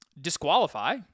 disqualify